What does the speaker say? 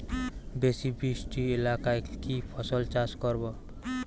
বেশি বৃষ্টি এলাকায় কি ফসল চাষ করব?